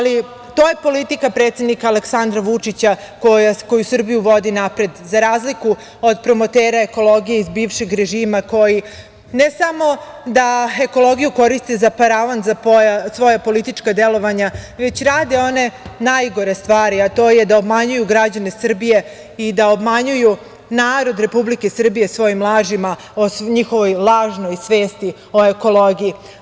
To je politika predsednika Aleksandra Vučića koja Srbiju vodi napred, za razliku od promotera ekologije iz bivšeg režima koji ne samo da ekologiju koriste za paravan za svoja politička delovanja, već rade one najgore stvari, a to je da obmanjuju građane Srbije i da obmanjuju narod Republike Srbije svojim lažima o njihovoj lažnoj svesti o ekologiji.